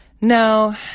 No